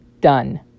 Done